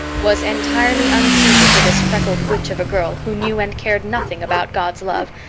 was entirely unsuited to this freckled witch of a girl who knew and cared nothing about god's love,